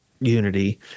unity